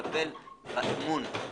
- לטפל באמון.